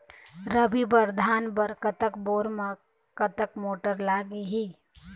रबी बर धान बर कतक बोर म कतक मोटर लागिही?